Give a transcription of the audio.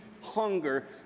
Hunger